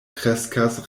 kreskas